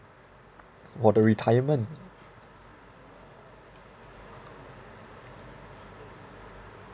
for the retirement